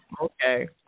okay